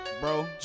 bro